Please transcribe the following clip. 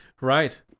Right